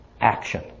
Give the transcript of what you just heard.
action